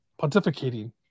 pontificating